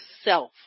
self